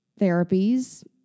therapies